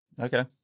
Okay